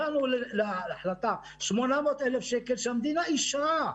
הגענו להחלטה להקצות 800,000 שקל שהמדינה אישרה,